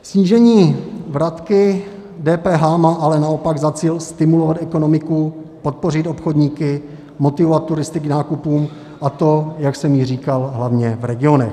Snížení vratky DPH má ale naopak za cíl stimulovat ekonomiku, podpořit obchodníky, motivovat turisty k nákupům, a to, jak jsem již říkal, hlavně v regionech.